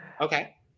Okay